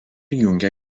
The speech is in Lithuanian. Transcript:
jungia